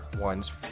ones